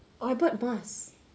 oh I bought masks